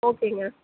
ஓகேங்க